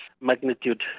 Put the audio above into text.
magnitude